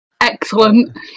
Excellent